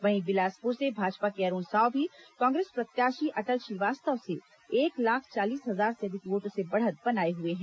वहीं बिलासपुर से भाजपा के अरूण साव भी कांग्रेस प्रत्याशी अटल श्रीवास्तव से एक लाख चालीस हजार से अधिक वोटों से बढ़त बनाए हुए हैं